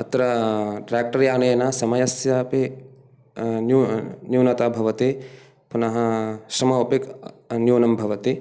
अत्र ट्रेक्टर्यानेन समयस्य अपि न्यूनता भवति पुनः श्रमोपि न्यूनः भवति